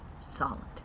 solid